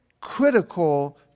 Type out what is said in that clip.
critical